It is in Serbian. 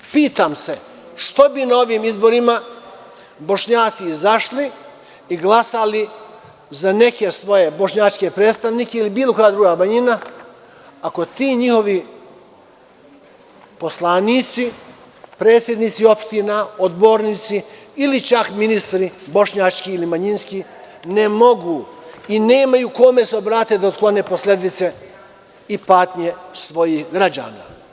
Pitam se, što bi na ove izbore Bošnjaci izašli i glasali za neke svoje bošnjačke predstavnike ili bilo koja druga manjina, ako ti njihovi poslanici, predsednici opština, odbornici ili čak ministri bošnjački ili manjinski ne mogu i nemaju kome da se obrate da otklone posledice i patnje svojih građana?